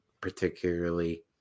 particularly